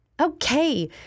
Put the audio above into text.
Okay